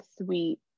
sweet